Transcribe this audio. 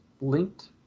linked